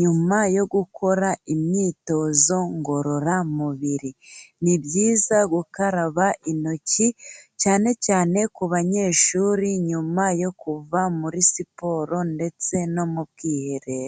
nyuma yo gukora imyitozo ngororamubiri. Ni byiza gukaraba intoki, cyane cyane ku banyeshuri nyuma yo kuva muri siporo ndetse no mu bwiherero.